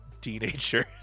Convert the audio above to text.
teenager